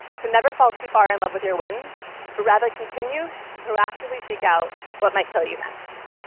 to never fall too far in love with your wins but rather continue to proactively seek out what might kill you next.